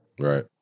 Right